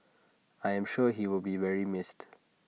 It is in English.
I am sure he will be very missed